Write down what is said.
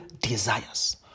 desires